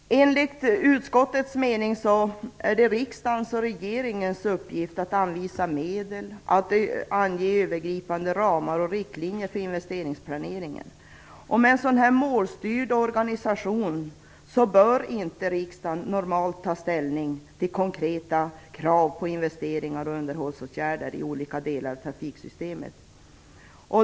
Enligt utskottets mening är det riksdagens och regeringens uppgifter att anvisa medel och att ange övergripande ramar och riktlinjer för investeringsplaneringen. Med en sådan här målstyrd organisation bör riksdagen normalt inte ta ställning till konkreta krav på investeringar och underhållsåtgärder i olika delar av trafiksystemet.